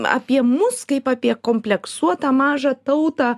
apie mus kaip apie kompleksuotą mažą tautą